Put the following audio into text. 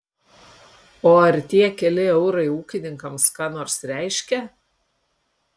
o ar tie keli eurai ūkininkams ką nors reiškia